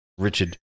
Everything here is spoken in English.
Richard